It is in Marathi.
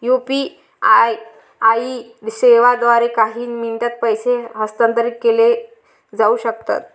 यू.पी.आई सेवांद्वारे काही मिनिटांत पैसे हस्तांतरित केले जाऊ शकतात